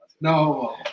no